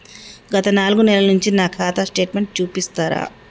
గత నాలుగు నెలల నుంచి నా ఖాతా స్టేట్మెంట్ చూపిస్తరా?